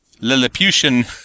Lilliputian